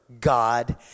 God